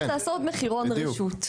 מחירון רשות.